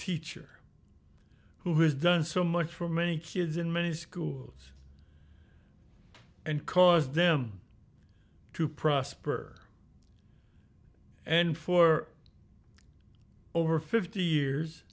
teacher who has done so much for many kids in many schools and caused them to prosper and for over fifty years